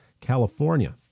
California